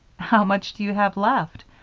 how much do you have left?